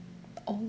oh